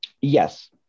yes